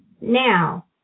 now